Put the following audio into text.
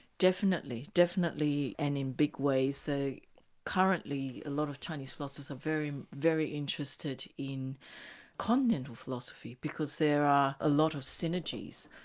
definitely, definitely, and in big ways. so currently a lot of chinese philosophers are very, very interested in continental philosophy, because there are a lot of synergies.